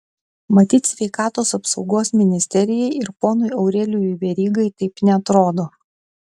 matyt sveikatos apsaugos ministerijai ir ponui aurelijui verygai taip neatrodo